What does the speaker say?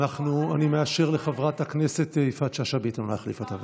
אני מאשר לחברת הכנסת יפעת שאשא ביטון להחליף אותה,